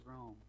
Rome